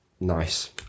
Nice